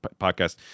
podcast